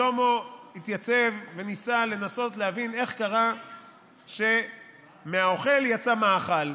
שלמה התייצב וניסה להבין איך קרה שמהאוכל יצא מאכל,